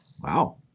Wow